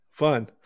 Fun